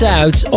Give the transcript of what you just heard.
out